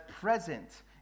present